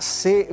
se